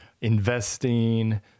investing